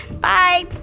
Bye